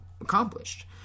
accomplished